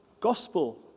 gospel